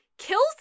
kills